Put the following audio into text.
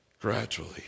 gradually